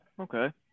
okay